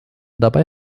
dabei